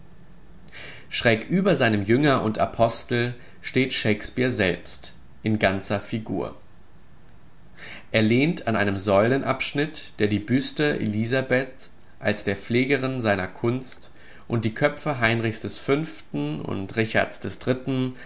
schrägüber seinem jünger und apostel steht shakespeare selbst in ganzer figur er lehnt an einem säulenabschnitt der die büste elisabeths als der pflegerin seiner kunst und die köpfe heinrichs v und richards